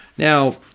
Now